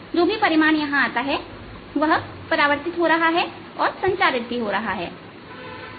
जो भी परिमाण यहां आता है वह परावर्तित हो रहा है और संचारित भी हो रहा है